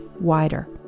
wider